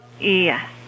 Yes